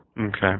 Okay